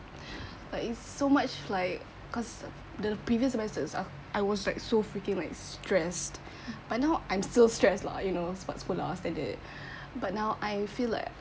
but it's so much like cause the previous semesters uh I was like so freaking like stressed but now I'm still stressed lah you know sebab sekolah standard but now I feel like